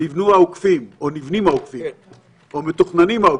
נבנו או נבנים או מתוכננים העוקפים.